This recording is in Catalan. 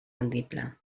rendible